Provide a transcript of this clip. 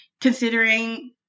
considering